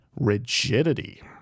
rigidity